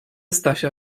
stasia